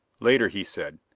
later, he said,